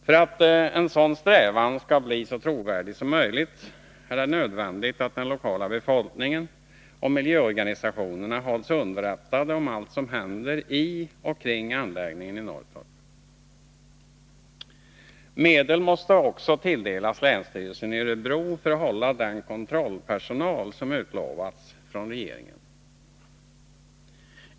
För att en sådan strävan skall bli så trovärdig som möjligt är det nödvändigt att den lokala befolkningen och miljöorganisationerna hålls underrättade om allt som händer i och kring anläggningen i Norrtorp. Medel måste också tilldelas länsstyrelsen i Örebro för att hålla den kontrollpersonal som utlovats från regeringen.